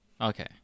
Okay